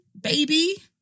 baby